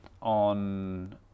on